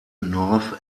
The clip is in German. north